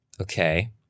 okay